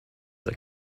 that